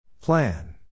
Plan